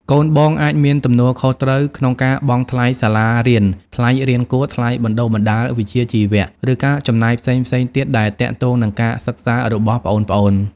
កូនបងអាចមានទំនួលខុសត្រូវក្នុងការបង់ថ្លៃសាលារៀន ថ្លៃរៀនគួរ ថ្លៃបណ្ដុះបណ្ដាលវិជ្ជាជីវៈ ឬការចំណាយផ្សេងៗទៀតដែលទាក់ទងនឹងការសិក្សារបស់ប្អូនៗ។